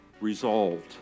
resolved